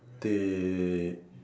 they